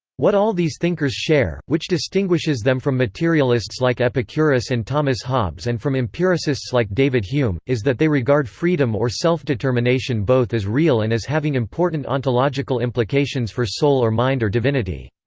what all these thinkers share, which distinguishes them from materialists like epicurus and thomas hobbes and from empiricists like david hume, is that they regard freedom or self-determination both as real and as having important ontological implications for soul or mind or divinity.